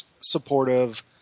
supportive